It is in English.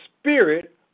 Spirit